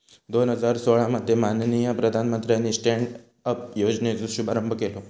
दोन हजार सोळा मध्ये माननीय प्रधानमंत्र्यानी स्टॅन्ड अप योजनेचो शुभारंभ केला